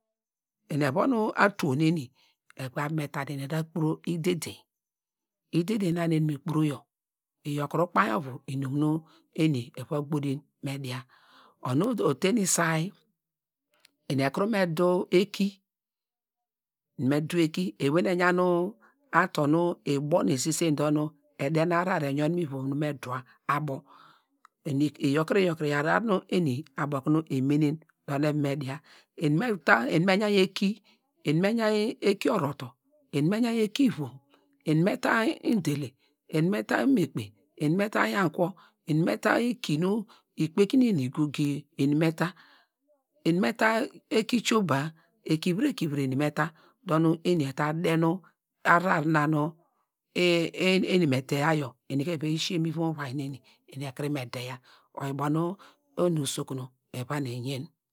Eni evon atuwo neni eva me ta dor eni ta me kpuro idedien, i dedein na nu eni me kporu yor iyor ukpain ovu inum nu eni eva gbo din me dia, onu ude otien nu isay, eni ekuru me daw eki, ewey nu eyan ator nu ebor esise dor na ede ahrar eyun mi ivom nu me duwa abor, iyorkre iyorkre iyor ahrar nu eni emenen nu eda me, dia, eni me yainy eki, eni me yainy eki ivom eni me yainy eki oroto, eni meta indele, eni me ta rumu ekpe, eni me ta ahiankwo, eni me ta iki nu ikpeki nu eni goge, eni me ta eki choba, ekivro ekivro eni me ta dor nu eni eta denu ahrar na nu eni me deya yor eni evia shiyein mu ivom vai neni, eni ekuru me deiya. Oyor ubo nu onu usokun evan eyein.